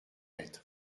être